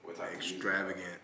extravagant